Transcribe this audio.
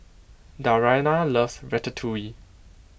Dariana loves Ratatouille